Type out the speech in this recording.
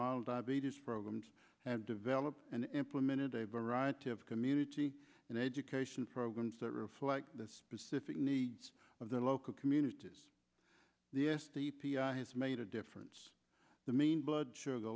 mild diabetes programs have developed and implemented a variety of community and education programs that reflect the specific needs of their local communities the s t p i has made a difference the main blood sugar